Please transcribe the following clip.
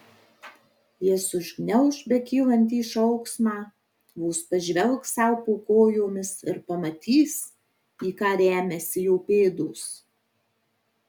jis užgniauš bekylantį šauksmą vos pažvelgs sau po kojomis ir pamatys į ką remiasi jo pėdos